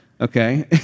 Okay